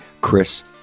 Chris